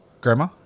grandma